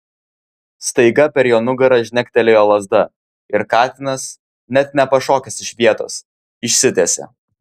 staiga per jo nugarą žnektelėjo lazda ir katinas net nepašokęs iš vietos išsitiesė